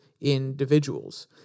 individuals